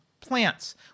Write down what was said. plants